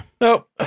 Nope